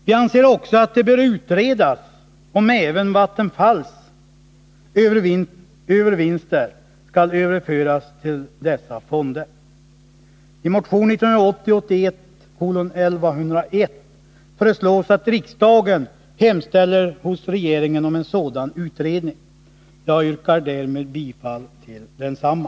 Vi anser också att det bör utredas om även Vattenfalls övervinster skall överföras till dessa fonder. I motion 1980/81:1101 föreslås att riksdagen hemställer hos regeringen om en sådan utredning. Jag yrkar bifall till densamma.